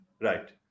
right